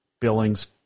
Billings